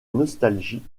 nostalgie